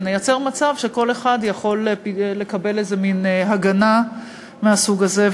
ונייצר מצב שכל אחד יכול לקבל איזה מין הגנה מהסוג הזה.